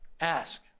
Ask